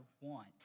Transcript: want